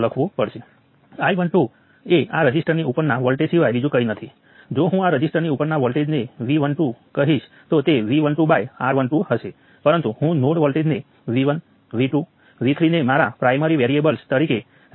હું તમને તે કરવા માટે સખત પ્રોત્સાહિત કરું છું અને જ્યારે તમે તેનો ઉકેલ લાવો છો ત્યારે ચાલો આપણે બે કે ત્રણ જુદી જુદી રીતો કહીએ અને એક જ ઉકેલ શોધીએ તમને જવાબોમાં ઘણો વિશ્વાસ હશે